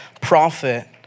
prophet